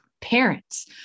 Parents